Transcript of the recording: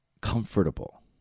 comfortable